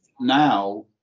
now